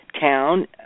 town